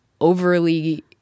overly